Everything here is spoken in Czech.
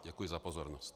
Děkuji za pozornost.